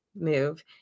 move